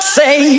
say